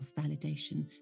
validation